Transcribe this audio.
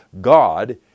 God